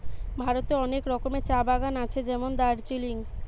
ভারতে অনেক রকমের চা বাগান আছে যেমন দার্জিলিং